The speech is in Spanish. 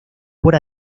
por